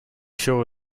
sure